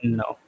no